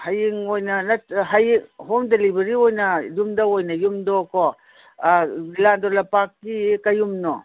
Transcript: ꯍꯌꯦꯡ ꯑꯣꯏꯅ ꯅꯠꯇ꯭ꯔꯥ ꯍꯌꯦꯡ ꯍꯣꯝ ꯗꯦꯂꯤꯕꯔꯤ ꯑꯣꯏꯅ ꯌꯨꯝꯗ ꯑꯣꯏꯅ ꯌꯨꯝꯗꯀꯣ ꯑꯥ ꯂꯤꯂꯥꯟꯗꯣ ꯂꯝꯄꯥꯛꯀꯤ ꯀꯩꯌꯨꯝꯅꯣ